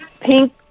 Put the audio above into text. pink